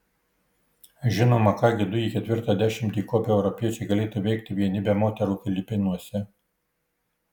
žinoma ką gi du į ketvirtą dešimtį įkopę europiečiai galėtų veikti vieni be moterų filipinuose